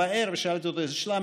שאלתי אותו איזו שאלה,